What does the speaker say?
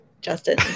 Justin